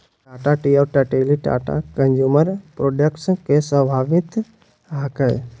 Tata tea और Tetley Tata consumer products के स्वामित्व हकय